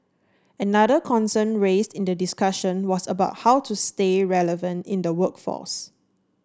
another concern raised in the discussion was about how to stay relevant in the workforce